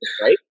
Right